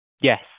Yes